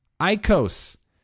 Icos